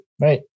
right